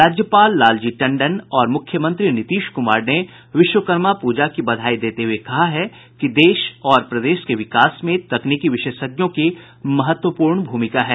राज्यपाल लालजी टंडन और मुख्यमंत्री नीतीश कुमार ने विश्वकर्मा पूजा की बधाई देते हुये कहा है कि देश और प्रदेश के विकास में तकनीकी विशेषज्ञों की महत्वपूर्ण भूमिका है